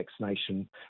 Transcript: vaccination